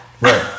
right